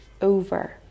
over